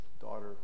daughter